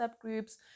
groups